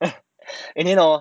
and then hor